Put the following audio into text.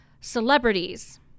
celebrities